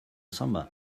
summer